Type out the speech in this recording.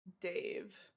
Dave